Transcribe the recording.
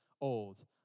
old